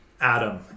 Adam